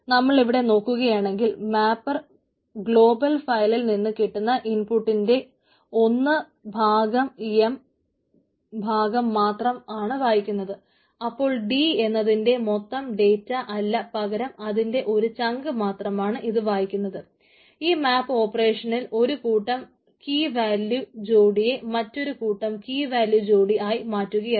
നമ്മളിവിടെ നോക്കുകയാണെങ്കിൽ mapper global ഫയലിൽ ജോഡിയെ മറ്റൊരു കൂട്ടം കീ വാല്യൂ ജോഡി ആയി മാറ്റുകയാണ്